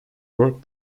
work